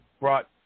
brought